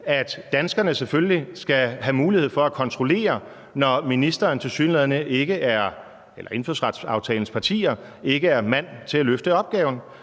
at danskerne selvfølgelig skal have mulighed for at kontrollere, når indfødsretsaftalens partier ikke er mand for at løfte opgaven.